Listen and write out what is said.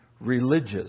religious